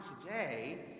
today